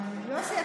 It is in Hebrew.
יוסי,